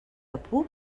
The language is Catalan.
epub